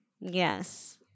Yes